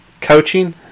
coaching